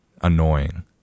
annoying